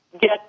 get